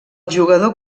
jugador